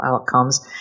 outcomes